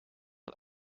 het